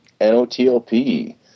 NOTLP